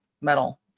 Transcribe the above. metal